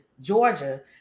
Georgia